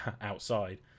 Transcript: outside